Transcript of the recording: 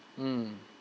mm